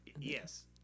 Yes